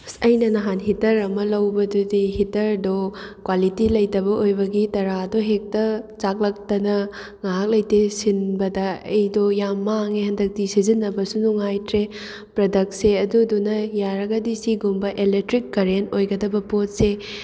ꯑꯁ ꯑꯩꯅ ꯅꯍꯥꯟ ꯍꯤꯇꯔ ꯑꯃ ꯂꯧꯕꯗꯨꯗꯤ ꯍꯤꯇꯔꯗꯣ ꯀ꯭ꯋꯥꯂꯤꯇꯤ ꯂꯩꯇꯕ ꯑꯣꯏꯕꯒꯤ ꯇꯔꯥꯗꯣ ꯍꯦꯛꯇ ꯆꯥꯛꯂꯛꯇꯅ ꯉꯥꯏꯍꯥꯛ ꯂꯩꯇꯦ ꯁꯤꯟꯕꯗ ꯑꯩꯗꯣ ꯌꯥꯝ ꯃꯥꯡꯉꯦ ꯍꯟꯗꯛꯇꯤ ꯁꯤꯖꯤꯟꯅꯕꯁꯨ ꯅꯨꯡꯉꯥꯏꯇ꯭ꯔꯦ ꯄ꯭ꯔꯗꯛꯁꯦ ꯑꯗꯨꯗꯨꯅ ꯌꯥꯔꯒꯗꯤ ꯁꯤꯒꯨꯝꯕ ꯑꯦꯂꯦꯛꯇ꯭ꯔꯤꯛ ꯀꯔꯦꯟ ꯑꯣꯏꯒꯗꯕ ꯄꯣꯠꯁꯦ